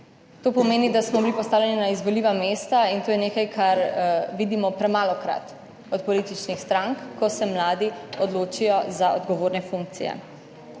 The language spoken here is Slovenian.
To pomeni, da smo bili postavljeni na izvoljiva mesta, in to je nekaj, kar vidimo premalokrat od političnih strank, ko se mladi odločijo za odgovorne funkcije.